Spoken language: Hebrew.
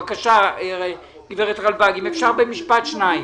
בבקשה, גברת רלבג, אם אפשר במשפט שניים.